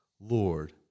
Lord